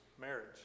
marriage